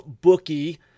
bookie